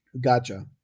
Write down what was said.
Gotcha